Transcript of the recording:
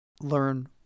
learn